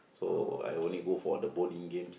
so I only go for the bowling games